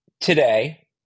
today